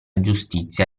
giustizia